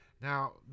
Now